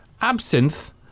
absinthe